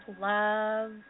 love